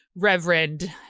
Reverend